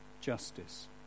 justice